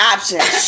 Options